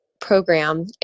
program